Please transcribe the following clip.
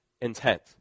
intent